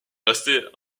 resté